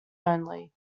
only